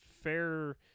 Fair